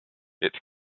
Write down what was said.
its